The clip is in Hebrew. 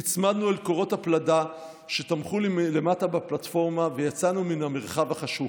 נצמדנו אל קורות הפלדה שתמכו מלמטה בפלטפורמה ויצאנו מן המרחב החשוך.